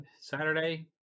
Saturday